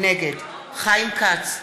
נגד חיים כץ,